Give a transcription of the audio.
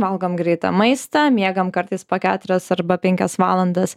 valgom greitą maistą miegam kartais po keturias arba penkias valandas